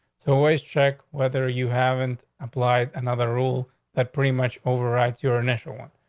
so waste check whether you haven't applied another rule that pretty much overrides your initial one.